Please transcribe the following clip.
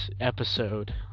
episode